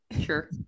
Sure